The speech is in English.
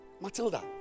Matilda